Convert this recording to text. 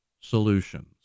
solutions